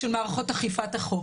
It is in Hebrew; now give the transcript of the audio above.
של מערכות אכיפת החוק,